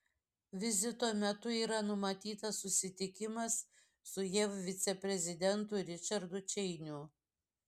vizito metu yra numatytas susitikimas su jav viceprezidentu ričardu čeiniu